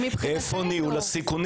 איפה ניהול הסיכונים